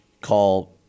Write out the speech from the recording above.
call –